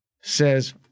says